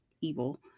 evil